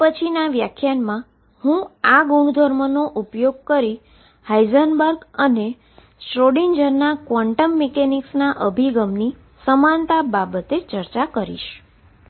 હવે પછીનાં વ્યાખ્યાનમાં હું આ ગુણધર્મોનો ઉપયોગ કરી હાઈઝનબર્ગ અને શ્રોડિંજરનાSchrödinger ક્વોન્ટમ મિકેનિક્સના અભિગમની સમાનતા બાબતે ચર્ચા કરીશ